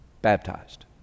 Baptized